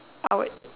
I would